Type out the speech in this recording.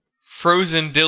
Frozen